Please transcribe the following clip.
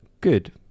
good